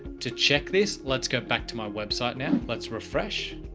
to check this, let's go back to my website. now let's refresh.